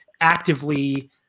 actively